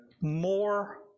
more